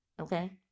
okay